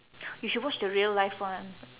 you should watch the real life one